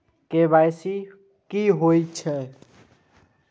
KYC कि होई छल?